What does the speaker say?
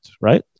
right